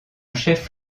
chef